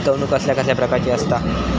गुंतवणूक कसल्या कसल्या प्रकाराची असता?